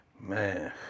Man